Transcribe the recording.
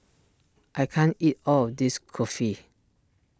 I can't eat all of this Kulfi